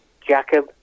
Jacob